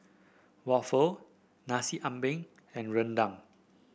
waffle Nasi Ambeng and rendang